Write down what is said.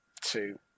Two